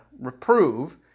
reprove